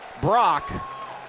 Brock